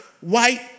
white